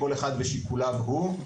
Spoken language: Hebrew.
כל אחד ושיקוליו הוא.